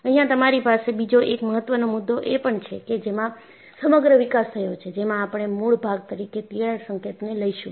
અહિયાં તમારી પાસે બીજો એક મહત્વનો મુદ્દો એ પણ છે કે જેમાં સમગ્ર વિકાસ થયો છે જેમાં આપણે મૂળ ભાગ તરીકે તિરાડ સંકેતને લઈશું